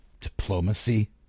Diplomacy